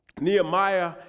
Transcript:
Nehemiah